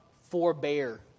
forbear